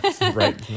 Right